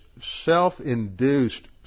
self-induced